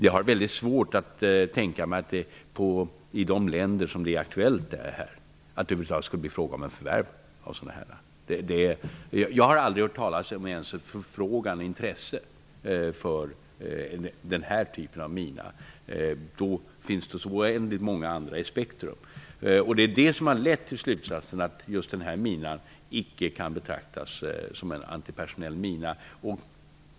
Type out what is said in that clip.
Jag har svårt att tänka mig att det över huvud taget skulle bli fråga om något förvärv av sådana minor i de länder som skulle vara aktuella. Jag har aldrig hört talas om någon förfrågan eller om något intresse av den här typen av mina. Det finns oändligt många andra. Detta har lett till slutsatsen att mina 013 icke kan betraktas som en antipersonell mina.